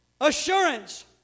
assurance